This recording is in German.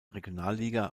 regionalliga